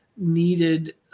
needed